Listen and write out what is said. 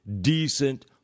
decent